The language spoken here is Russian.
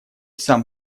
сам